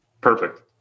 Perfect